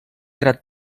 gran